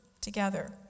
together